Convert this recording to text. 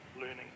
learning